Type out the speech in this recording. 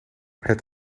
het